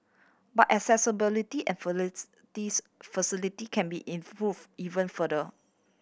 but accessibility and facilities can be improved even further